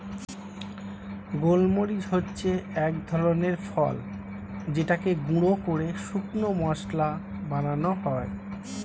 গোলমরিচ হচ্ছে এক ধরনের ফল যেটাকে গুঁড়ো করে শুকনো মসলা বানানো হয়